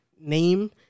name